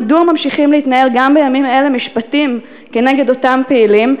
מדוע ממשיכים להתנהל גם בימים אלה משפטים כנגד אותם פעילים?